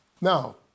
Now